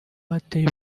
hatewe